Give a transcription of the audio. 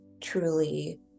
truly